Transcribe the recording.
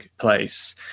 place